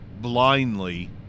blindly